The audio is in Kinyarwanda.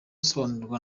gusobanurirwa